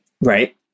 right